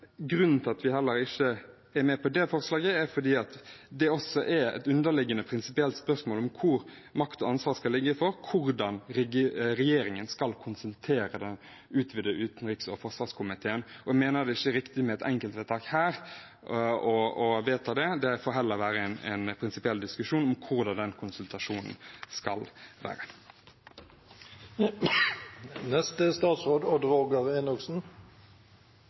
Grunnen til at vi heller ikke er med på dette forslaget, er at det også er et underliggende prinsipielt spørsmål om hvor makt og ansvar skal ligge, hvordan regjeringen skal konsultere den utvidete utenriks- og forsvarskomité. Jeg mener det ikke er riktig å vedta et enkeltvedtak her. Det får heller være en prinsipiell diskusjon om hvordan den konsultasjonen skal være.